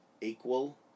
equal